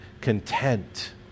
content